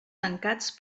tancats